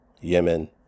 Yemen